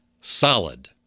Solid